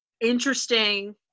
interesting